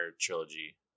trilogy